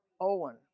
Owen